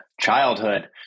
childhood